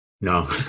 No